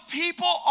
people